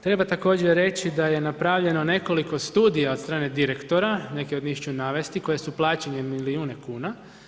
Treba također reći da je napravljeno nekoliko studija od strane direktora, neke od njih ću navesti, koje su plaćene milijune kuna.